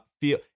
feel